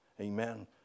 Amen